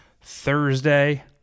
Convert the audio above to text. Thursday